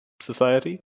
society